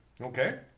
okay